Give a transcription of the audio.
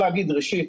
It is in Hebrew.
ראשית,